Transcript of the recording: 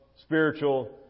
spiritual